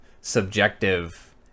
subjective